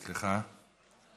סליחה.